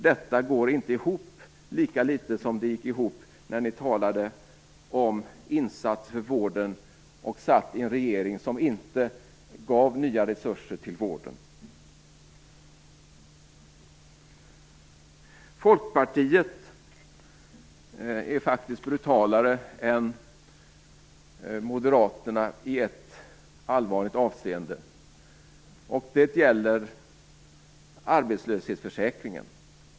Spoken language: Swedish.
Detta går inte ihop, lika litet som det gick ihop när ni talade om insatser för vården och satt med i en regering som inte gav nya resurser till vården. Folkpartiet är faktiskt brutalare än moderaterna i ett allvarligt avseende, och det gäller arbetslöshetsförsäkringen.